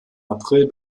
april